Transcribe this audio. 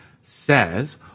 says